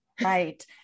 Right